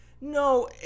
no